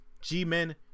G-Men